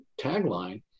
tagline